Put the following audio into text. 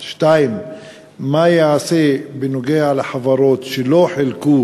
2. מה ייעשה בנוגע לחברות שלא חילקו